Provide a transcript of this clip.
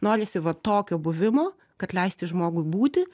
norisi va tokio buvimo kad leisti žmogui būti